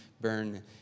burn